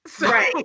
Right